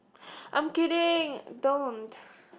I'm kidding don't